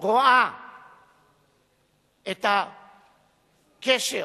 רואה את הקשר